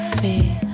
fear